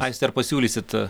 aiste ar pasiūlysit